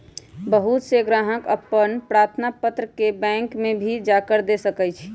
बहुत से ग्राहक अपन प्रार्थना पत्र के बैंक में भी जाकर दे सका हई